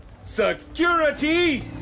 Security